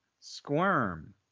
Squirm